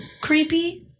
creepy